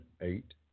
eight